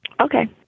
Okay